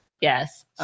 Yes